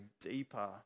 deeper